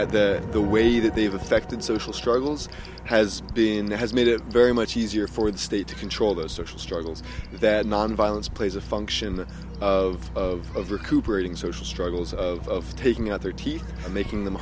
and that the way that they've affected social struggles has made it very much easier for the state to control those social struggles that non violence plays a function of recuperating social struggles of taking out their teeth and making them